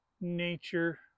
Nature